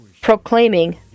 proclaiming